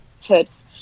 tips